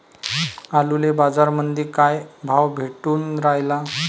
आलूले बाजारामंदी काय भाव भेटून रायला?